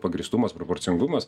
pagrįstumas proporcingumas